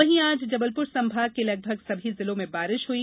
वहीं आज जबलपुर संभाग के लगभग सभी जिलों में बारिश हुई